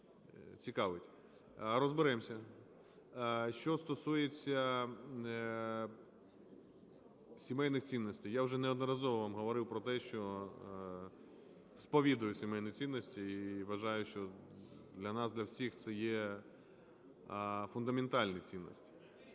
розберемося. Що стосується сімейних цінностей. Я вже неодноразово вам говорив про те, що сповідую сімейні цінності і вважаю, що для нас для всіх це є фундаментальні цінності.